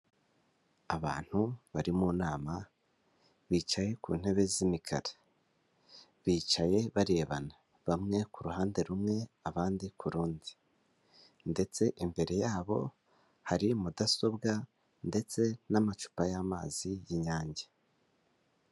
Abantu bari mu nama, bicaye ku ntebe z'imikara, bicaye barebana, bamwe ku ruhande rumwe, abandi ku rundi, ndetse imbere yabo hari mudasobwa, ndetse n'amacupa y'amazi y'inyange.